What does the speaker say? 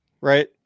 right